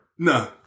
No